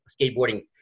skateboarding